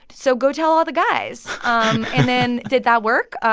so go tell all the guys and then, did that work?